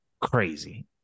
crazy